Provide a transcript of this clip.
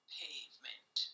pavement